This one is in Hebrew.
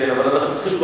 כן, אבל אנחנו צריכים,